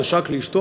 נשק לאשתו,